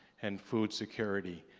and food security,